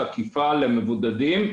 אכיפה למבודדים,